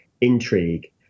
intrigue